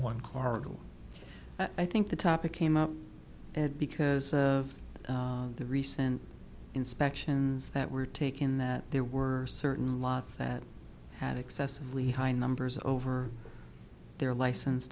corridor i think the topic came up and because of the recent inspections that were taken that there were certain laws that had excessively high numbers over their license